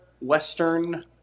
western